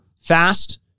Fast